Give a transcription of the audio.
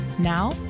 Now